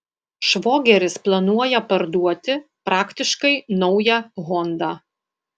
švogeris planuoja parduoti praktiškai naują hondą